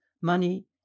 money